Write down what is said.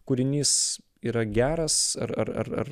kūrinys yra geras ar ar ar ar